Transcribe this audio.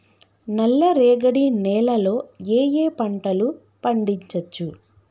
నల్లరేగడి నేల లో ఏ ఏ పంట లు పండించచ్చు?